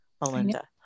Melinda